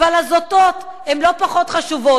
אבל הזוטות הן לא פחות חשובות.